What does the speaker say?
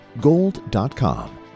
gold.com